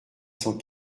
cent